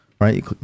Right